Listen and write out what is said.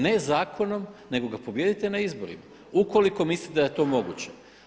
Ne zakonom nego ga pobijedite na izborima ukoliko mislite da je to moguće.